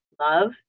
love